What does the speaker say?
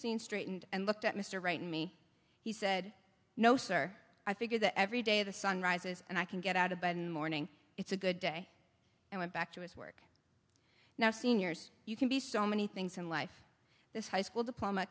racine straightened and looked at mr wright and me he said no sir i figure that every day the sun rises and i can get out of bed and morning it's a good day and went back to his work now seniors you can be so many things in life this high school diploma